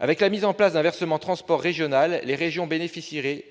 Avec la mise en place d'un versement transport régional, les régions bénéficieraient